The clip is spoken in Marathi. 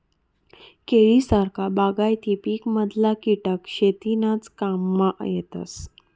केळी सारखा बागायती पिकमधला किटक शेतीनाज काममा येतस